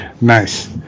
Nice